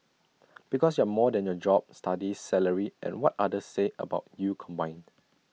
because you're more than your job studies salary and what others say about you combined